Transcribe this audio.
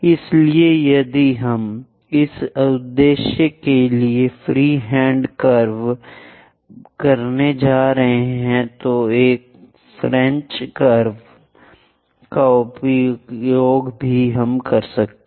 इसलिए यदि हम इस उद्देश्य के लिए फ्री हैंड कर्व करने जा रहे हैं तो एक फ्रेंच कर्व्स का भी उपयोग कर सकते हैं